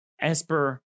Esper